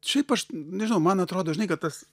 šiaip aš nežinau man atrodo žinai kad tas